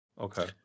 okay